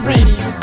Radio